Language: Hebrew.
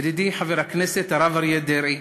ידידי חבר הכנסת הרב אריה דרעי,